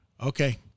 okay